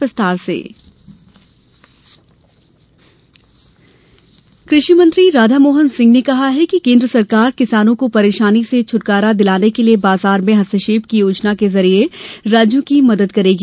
कुषि मदद कृषि मंत्री राधा मोहन सिंह ने कहा है कि केन्द्र सरकार किसानों को परेशानी से छटकारा दिलाने के लिए बाजार में हस्तक्षेप की योजना के जरिये राज्यों की मदद करेगी